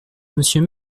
monsieur